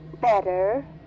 better